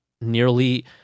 nearly